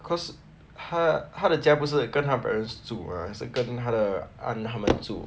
cause 她她的家不是跟她 parents 住 mah 是跟她的 aunt 他们住